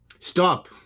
Stop